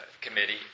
Committee